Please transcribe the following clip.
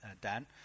Dan